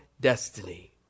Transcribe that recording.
destiny